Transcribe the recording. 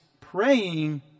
praying